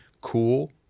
cool